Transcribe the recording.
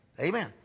Amen